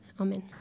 Amen